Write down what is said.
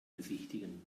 besichtigen